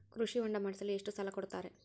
ಕೃಷಿ ಹೊಂಡ ಮಾಡಿಸಲು ಎಷ್ಟು ಸಾಲ ಕೊಡ್ತಾರೆ?